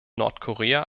nordkorea